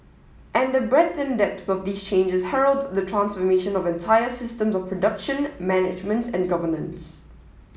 and the breadth and depth of these changes herald the transformation of entire systems of production management and governance